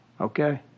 Okay